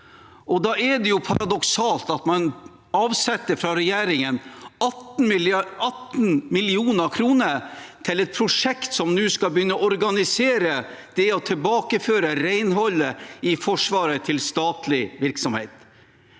Da er det paradoksalt at man fra regjeringen avsetter 18 mill. kr til et prosjekt som nå skal begynne å organisere det å tilbakeføre renholdet i Forsvaret til statlig virksomhet.